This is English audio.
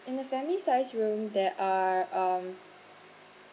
in the family size room there are um